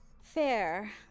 Fair